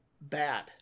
bad